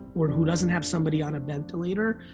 or who doesn't have somebody on a ventilator,